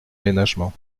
ménagement